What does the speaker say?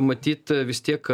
matyt vis tiek